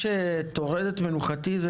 משהו טורד את מנוחתי.